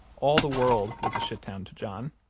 all the world was a shit town to john,